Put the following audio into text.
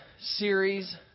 series